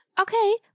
Okay